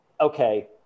okay